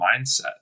mindset